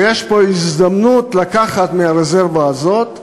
ויש פה הזדמנות לקחת מהרזרבה הזאת,